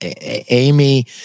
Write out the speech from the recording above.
Amy